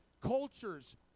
cultures